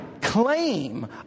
claim